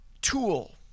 tool